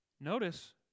Notice